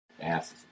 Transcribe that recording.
Ass